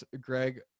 Greg